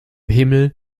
himmel